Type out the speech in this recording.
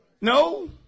No